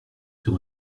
sur